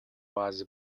was